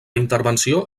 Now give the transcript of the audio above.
intervenció